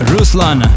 Ruslan